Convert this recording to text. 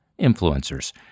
influencers